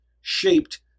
shaped